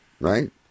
right